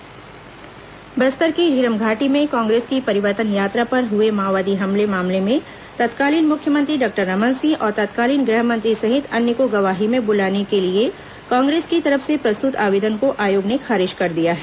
Jhiram high court Bastar की झीरम घाटी में कांग्रेस की परिवर्तन यात्रा पर हुए माओवादी हमले के मामले में तत्कालीन मुख्यमंत्री डॉक्टर रमन सिंह और तत्कालीन गृहमंत्री सहित अन्य को गवाही में बुलाने के लिए कांग्रेस की तरफ से प्रस्तुत आवेदन को आयोग ने खारिज कर दिया है